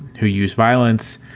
who use violence.